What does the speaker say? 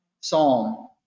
psalm